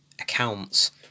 accounts